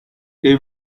they